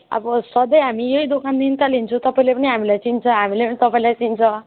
आब सधैँ हामी एई दोकानदेखिन् त लिन्छु तपाईँले पनि हामीलाई चिन्छ हामीले पनि तपाईँलाई चिन्छ